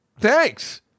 thanks